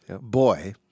boy